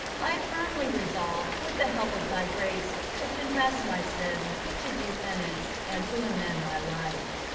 i firmly resolve, with the help of thy grace, to confess my sins, to do penance, and to amend my life.